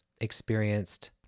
experienced